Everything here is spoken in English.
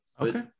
Okay